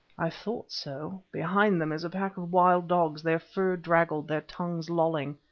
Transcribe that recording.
i thought so behind them is a pack of wild dogs, their fur draggled, their tongues lolling.